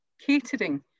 catering